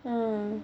mm